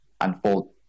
unfold